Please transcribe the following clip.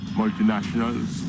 multinationals